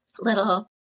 little